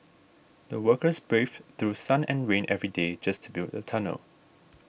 the workers braved through sun and rain every day just to build a tunnel